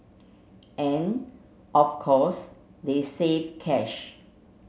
and of course they saved cash